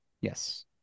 Yes